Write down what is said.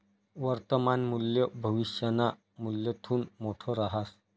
वर्तमान मूल्य भविष्यना मूल्यथून मोठं रहास